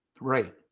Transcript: Right